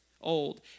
old